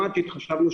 ההיגיון.